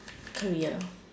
career